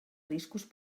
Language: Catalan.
riscos